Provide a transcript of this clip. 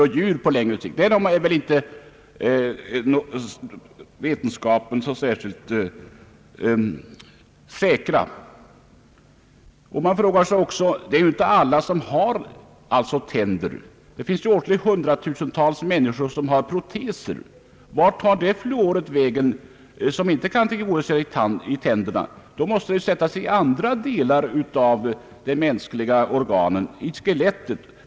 I det avseendet är inte vetenskapsmännen särskilt säkra. Vi bör också tänka på alla dem som inte har egna tänder — det finns hundratusentals människor med tandproteser. Vart tar den fluor vägen som finns i det vatten alla dessa människor dricker? Den måste väl sätta sig i andra delar av de mänskliga organen.